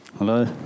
Hello